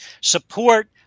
support